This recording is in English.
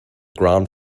ground